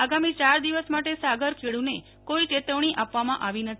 આગામી યારે દિવસ માટે સાગ઼ર ખેડુને કોઈ ચેતવણી આપવામાં આવી નથી